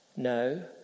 No